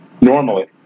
normally